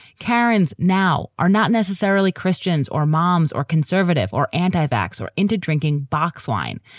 karen's now are not necessarily christians or moms or conservative or anti vax or into drinking box wine,